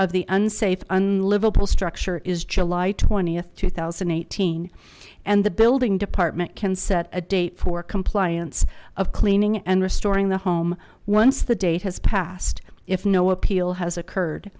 of the unsafe unlivable structure is july th two thousand and eighteen and the building department can set a date for compliance of cleaning and restoring the home once the date has passed if no appeal has occurred